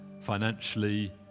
financially